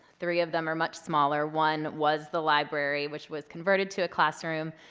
three of them are much smaller. one was the library which was converted to a classroom.